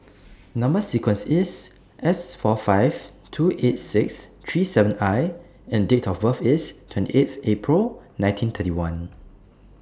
Number sequence IS S four five two eight six three seven I and Date of birth IS twenty eighth April nineteen thirty one